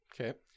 okay